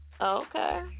Okay